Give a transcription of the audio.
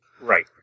Right